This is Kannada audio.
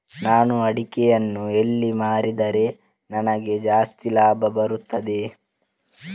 ನಾನು ಅಡಿಕೆಯನ್ನು ಎಲ್ಲಿ ಮಾರಿದರೆ ನನಗೆ ಜಾಸ್ತಿ ಲಾಭ ಬರುತ್ತದೆ?